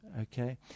okay